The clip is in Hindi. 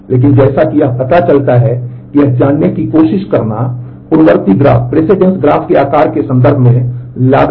इसलिए हम क्रमबद्धता है